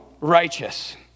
righteous